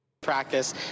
...practice